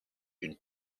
une